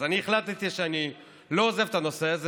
אז החלטתי שאני לא עוזב את הנושא הזה